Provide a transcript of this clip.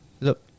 look